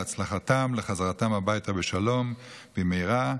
להצלחתם ולחזרתם הביתה בשלום במהרה,